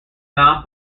non